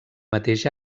mateix